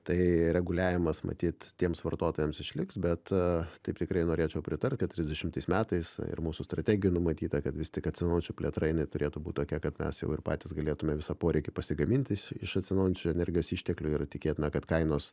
tai reguliavimas matyt tiems vartotojams išliks bet taip tikrai norėčiau pritart kad trisdešimtais metais ir mūsų strategijoj numatyta kad vis tik atsinaujinančių plėtra jinai turėtų būt tokia kad mes jau ir patys galėtume visą poreikį pasigaminti iš atsinaujinančių energijos išteklių yra tikėtina kad kainos